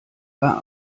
war